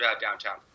downtown